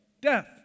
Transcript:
Death